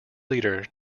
leader